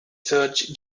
surge